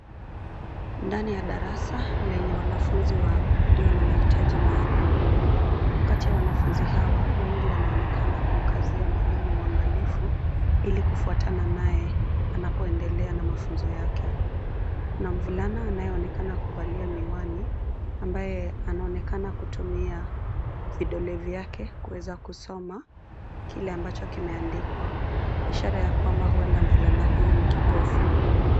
Ndani ya darasani lenye wanafunzi walio na mahitaji maalum. Kati ya wanafunzi hawa, wengi wanaonekana kumkazia mwalimu uangalifu, ili kufuatana naye anapoendelea na mafunzo yake. Kuna mvulana anayeonekana amevalia miwani, ambaye anaonekana kutumia vidole vyake kuweza kusoma kile ambacho kimeandikwa, ishara ya kwamba huenda mvulana huyu ni kipofu.